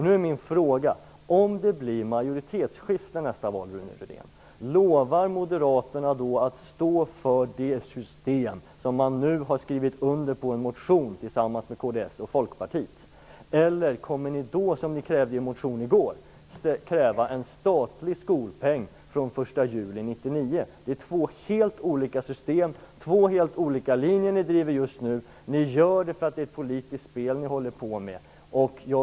Nu är min fråga till Rune Rydén: Om det blir majoritetsskifte nästa val, lovar Moderaterna då att stå för det system som man nu har skrivit under på i en motion tillsammans med kds och Folkpartiet, eller kommer ni då, som i en motion i går, att kräva en statlig skolpeng från den 1 juli 1999? Det är två helt olika system. Ni driver just nu två helt olika linjer. Ni gör det för att det är ett politiskt spel ni håller på med.